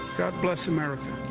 god bless america.